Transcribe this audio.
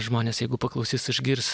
žmonės jeigu paklausys išgirs